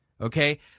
Okay